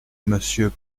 monsieur